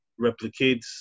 replicates